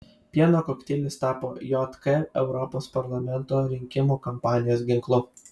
pieno kokteilis tapo jk europos parlamento rinkimų kampanijos ginklu